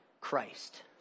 Christ